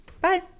Bye